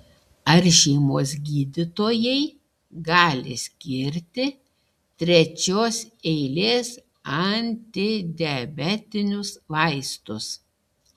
ar šeimos gydytojai gali skirti trečios eilės antidiabetinius vaistus